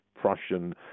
Prussian